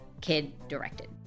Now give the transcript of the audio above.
kid-directed